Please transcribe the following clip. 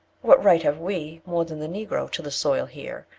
what right have we, more than the negro, to the soil here,